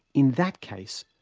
in that case,